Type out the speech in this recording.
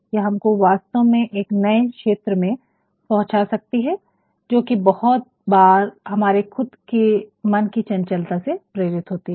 यह हमको वास्तव में एक नए क्षेत्र में पहुंचा देती जो कि बहुत बार हमारे खुद की मन की चंचलता से प्रेरित होती है